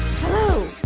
Hello